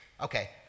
okay